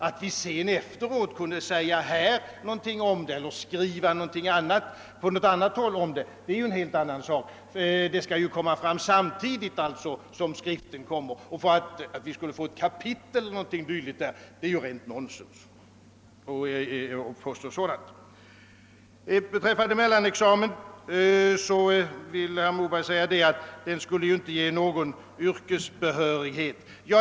Att vi efteråt kunde säga någonting om den här i riksdagen eller skriva om den på något annat håll är en helt annan sak — kritiken skall komma samtidigt med skriften. Att påstå att vi kunde ha fått något kapitel i debattskriften är rent nonsens. Herr Moberg säger att mellanexamen inte skulle ge någon yrkesbehörighet.